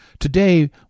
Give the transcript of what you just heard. Today